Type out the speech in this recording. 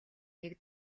нэг